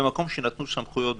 במקום שנתנו סמכויות ואמרו: